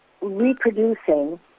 reproducing